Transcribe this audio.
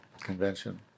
convention